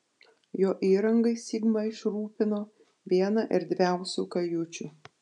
jo įrangai sigma išrūpino vieną erdviausių kajučių